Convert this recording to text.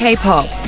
K-pop